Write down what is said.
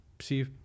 see